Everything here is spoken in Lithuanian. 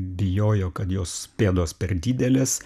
bijojo kad jos pėdos per didelės